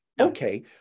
Okay